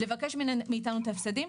לבקש מאיתנו את ההפסדים,